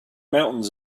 mountains